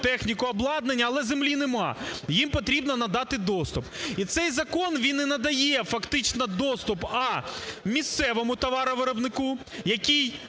техніку, обладнання. Але землі нема, і їм потрібно надати доступ. І цей закон, він і надає фактично доступ: а) місцевому товаровиробнику, який